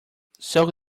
soak